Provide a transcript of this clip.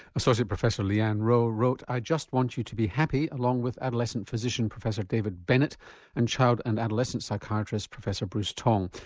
associate professor leanne rowe wrote i just want you to be happy along with adolescent physician professor david bennett and child and adolescent psychiatrist professor bruce tonge.